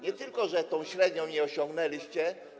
Nie tylko tej średniej nie osiągnęliście.